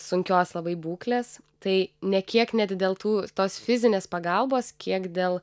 sunkios labai būklės tai ne kiek net dėl tų tos fizinės pagalbos kiek dėl